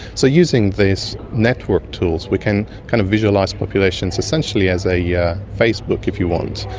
so using these network tools we can kind of visualise populations essentially as a yeah facebook, if you want,